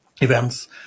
events